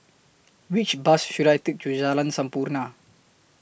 Which Bus should I Take to Jalan Sampurna